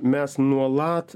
mes nuolat